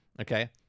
Okay